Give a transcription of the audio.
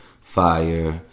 Fire